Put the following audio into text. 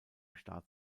staat